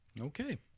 Okay